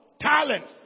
talents